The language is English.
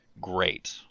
great